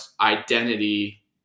identity